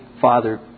Father